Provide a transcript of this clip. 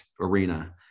arena